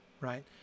right